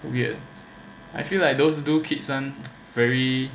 I feel like those do kids and very